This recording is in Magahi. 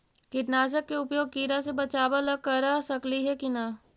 कीटनाशक के उपयोग किड़ा से बचाव ल कर सकली हे की न?